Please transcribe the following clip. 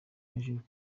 hejuru